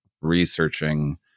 researching –